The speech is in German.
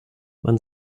man